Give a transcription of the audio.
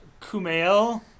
Kumail